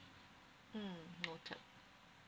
mm noted